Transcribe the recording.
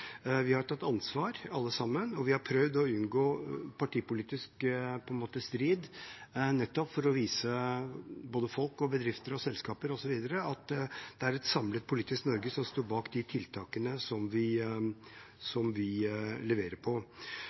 Vi har tatt ansvar alle sammen, og vi har prøvd å unngå partipolitisk strid, nettopp for å vise både folk, bedrifter og selskaper osv. at det er et samlet politisk Norge som står bak de tiltakene som vi leverer på.